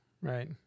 right